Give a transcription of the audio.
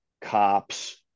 cops